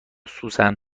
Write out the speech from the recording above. سوسن